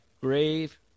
grave